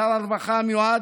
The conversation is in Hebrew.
שר הרווחה המיועד,